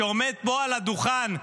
שעומד פה על הדוכן,